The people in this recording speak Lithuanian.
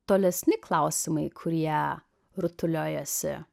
tolesni klausimai kurie rutuliojosi